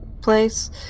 place